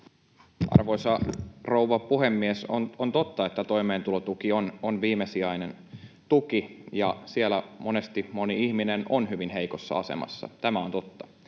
Arvoisa rouva puhemies! On totta, että toimeentulotuki on viimesijainen tuki ja siellä monesti moni ihminen on hyvin heikossa asemassa. [Kimmo